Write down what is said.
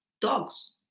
Dogs